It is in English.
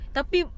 Tapi